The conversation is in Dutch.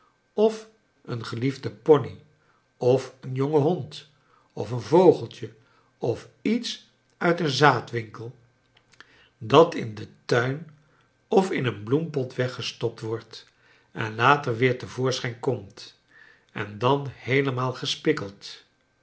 of een geliefde pony of een jonge hond of een vogeltje of iets uit een zaadwinkel dat in den tuin of in een bloempot weggestopt wordt en later weer te voorschijn komt en dan heelemaal gespikkeld